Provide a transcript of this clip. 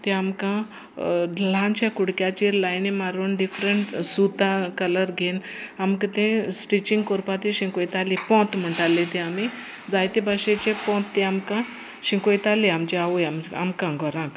ते आमकां ल्हानशा कुडक्याचेर लायनी मारून डिफरंट सुता कलर घेवन आमकां तें स्टिचींग कोरपा ती शिकोयतालीं पोंत म्हणटाली ती आमी जायते भाशेचे पोंत ती आमकां शिकोयताली आमची आवय आम आमकां घरांत